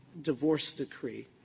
divorce decree,